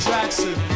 Jackson